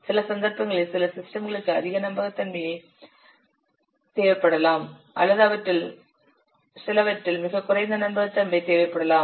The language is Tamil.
சில சந்தர்ப்பங்களில் சில சிஸ்டம்களுக்கு அதிக நம்பகத்தன்மை தேவைப்படலாம் அல்லது அவற்றில் சிலவற்றில் மிகக் குறைந்த நம்பகத்தன்மை தேவைப்படலாம்